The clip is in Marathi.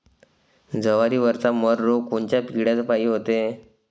जवारीवरचा मर रोग कोनच्या किड्यापायी होते?